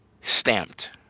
stamped